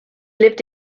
lived